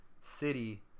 city